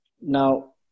Now